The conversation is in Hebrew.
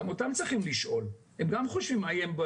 גם אותם צריכים לשאול והם גם חושבים מה יהיה.